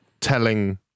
telling